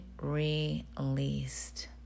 released